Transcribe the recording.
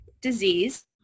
disease